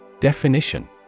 Definition